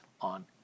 on